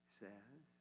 says